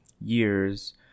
years